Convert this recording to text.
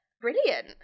brilliant